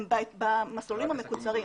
הם במסלולים המקוצרים.